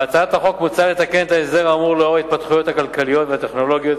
בהצעת החוק מוצע לתקן את ההסדר האמור לאור התפתחויות כלכליות וטכנולוגיות